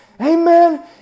Amen